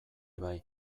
bai